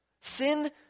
Sin